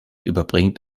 überbringt